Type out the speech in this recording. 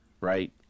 right